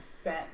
spent